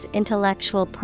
intellectual